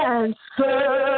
answer